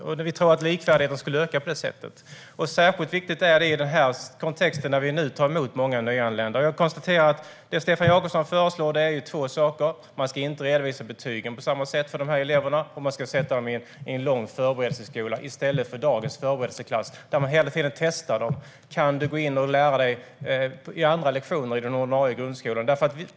Vi tror också att likvärdigheten skulle öka på det sättet, och det är särskilt viktigt i den här kontexten då vi tar emot många nyanlända. Jag konstaterar att det Stefan Jakobsson föreslår är två saker: Man ska inte redovisa betygen på samma sätt för dessa elever, och man ska sätta dem i en lång förberedelseskola i stället för i dagens förberedelseklasser där man hela tiden testar om de kan gå in och lära sig på andra lektioner i den ordinarie grundskolan.